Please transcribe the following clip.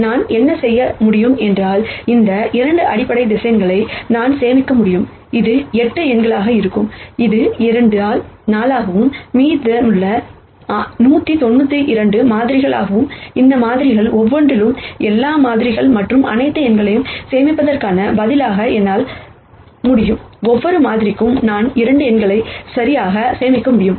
நான் என்ன செய்ய முடியும் என்றால் இந்த 2 அடிப்படை வெக்டர்ஸ் நான் சேமிக்க முடியும் இது 8 எண்களாக இருக்கும் இது 2 ஆல் 4 ஆகவும் மீதமுள்ள 198 மாதிரிகளுக்காகவும் இந்த மாதிரிகள் ஒவ்வொன்றிலும் எல்லா மாதிரிகள் மற்றும் அனைத்து எண்களையும் சேமிப்பதற்கு பதிலாக என்னால் முடியும் ஒவ்வொரு மாதிரிக்கும் நான் 2 எண்களை சரியாக சேமிக்க முடியுமா